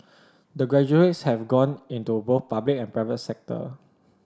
the graduates have gone into both public and private sector